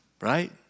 right